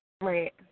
Right